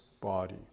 body